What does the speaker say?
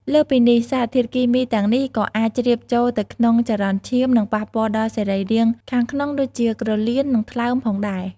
លើសពីនេះ សារធាតុគីមីទាំងនេះក៏អាចជ្រាបចូលទៅក្នុងចរន្តឈាម និងប៉ះពាល់ដល់សរីរាង្គខាងក្នុងដូចជា ក្រលៀន និងថ្លើមផងដែរ។